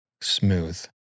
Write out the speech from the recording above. smooth